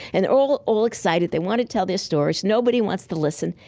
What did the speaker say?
and they're all all excited. they want to tell their stories. nobody wants to listen.